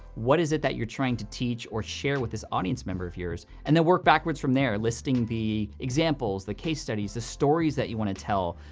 what is it that you're trying to teach or share with this audience member of yours, and then work backwards from there, listing the examples, the case studies, the stories that you wanna tell,